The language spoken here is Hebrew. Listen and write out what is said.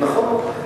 נכון.